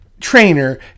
trainer